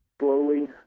slowly